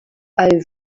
oven